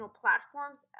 platforms